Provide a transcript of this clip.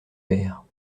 verre